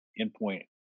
endpoint